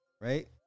right